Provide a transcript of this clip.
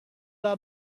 out